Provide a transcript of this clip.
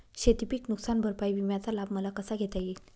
शेतीपीक नुकसान भरपाई विम्याचा लाभ मला कसा घेता येईल?